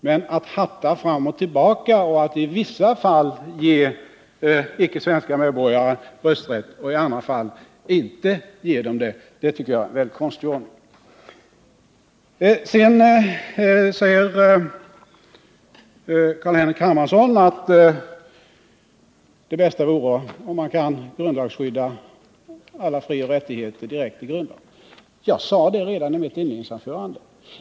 Men att hatta fram och tillbaka och i vissa fall ge icke svenska medborgare rösträtt och i andra fall inte tycker jag är en mycket konstig ordning. Carl-Henrik Hermansson sade att det bästa vore om man direkt i grundlagen kunde grundlagsskydda alla frioch rättigheter. Det sade jag redan i mitt inledningsanförande.